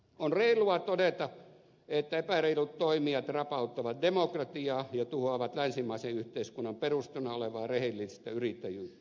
on reilua todeta että epäreilut toimijat rapauttavat demokratiaa ja tuhoavat länsimaisen yhteiskunnan perustana olevaa rehellistä yrittäjyyttä